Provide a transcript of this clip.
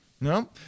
No